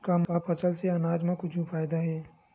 का फसल से आनाज मा कुछु फ़ायदा हे?